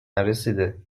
نرسیده